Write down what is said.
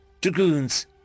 Dragoons